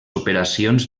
operacions